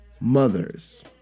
mothers